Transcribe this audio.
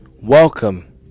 Welcome